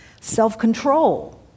self-control